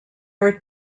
are